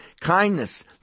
kindness